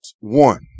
one